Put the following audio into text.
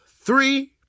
three